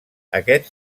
aquests